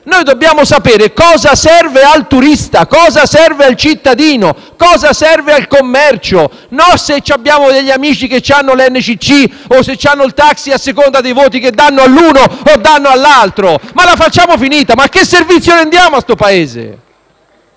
Noi dobbiamo sapere cosa serve al turista, cosa serve al cittadino, cosa serve al commercio, non se abbiamo amici che hanno la licenza NCC o se hanno il taxi, a seconda dei voti che danno all'uno o all'altro. Ma la facciamo finita? Ma che servizio rendiamo a questo Paese?